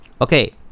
okay